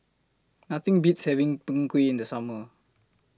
Nothing Beats having Png Kueh in The Summer